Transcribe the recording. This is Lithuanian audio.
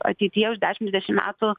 ateityje už dešim dvidešim metų